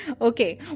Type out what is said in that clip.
Okay